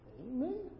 Amen